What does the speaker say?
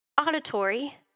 Auditory